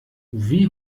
wie